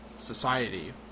society